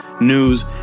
news